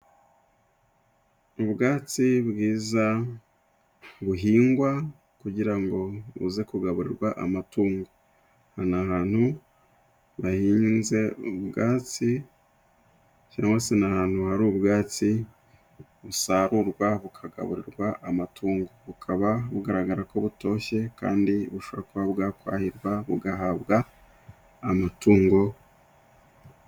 Ubwatsi bwiza buhingwa kugirango buze kugabururwa amatungo aha n'ahantu hahinze ubwatsi cyangwa se n'ahantu hari ubwatsi busarurwa bukagaburirwa amatungo bukaba bugaragara ko butoshye kandi bushobora kuba bwakwahirwa bugahabwa amatungo.